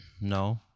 No